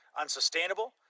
unsustainable